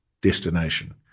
destination